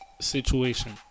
situation